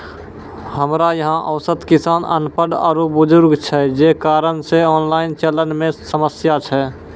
हमरा यहाँ औसत किसान अनपढ़ आरु बुजुर्ग छै जे कारण से ऑनलाइन चलन मे समस्या छै?